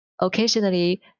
occasionally